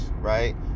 Right